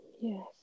yes